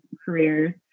Careers